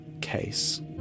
case